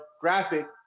graphic